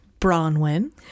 Bronwyn